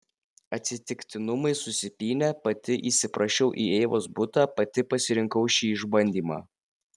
atsitiktinumai susipynė pati įsiprašiau į eivos butą pati pasirinkau šį išbandymą